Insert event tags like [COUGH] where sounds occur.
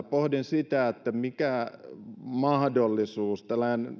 [UNINTELLIGIBLE] pohdin sitä mikä mahdollisuus